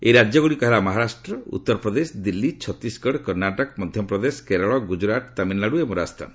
ଏହି ରାଜ୍ୟଗୁଡ଼ିକ ହେଲା ମହାରାଷ୍ଟ୍ର ଉତ୍ତରପ୍ରଦେଶ ଦିଲ୍ଲୀ ଛତିଶଗଡ କର୍ଣ୍ଣାଟକ ମଧ୍ୟପ୍ରଦେଶ କେରଳ ଗୁକ୍କୁରାଟ ତାମିଲନାଡୁ ଏବଂ ରାଜସ୍ଥାନ